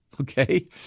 okay